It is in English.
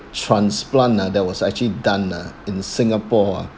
transplant ah that was actually done ah in singapore ah